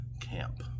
camp